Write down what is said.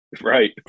right